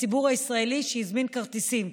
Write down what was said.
לציבור הישראלי שהזמין כרטיסים.